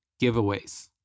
giveaways